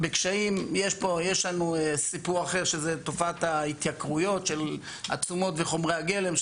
יש לנו סיפור אחר שזה תופעת ההתייקרויות של התשומות וחומרי הגלם,